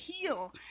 heal